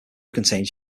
contains